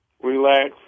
Relax